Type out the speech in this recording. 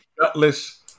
gutless